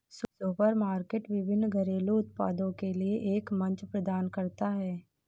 supermarket विभिन्न घरेलू उत्पादों के लिए एक मंच प्रदान करता है